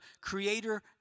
creator